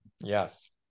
Yes